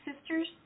sisters